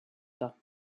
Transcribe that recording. pas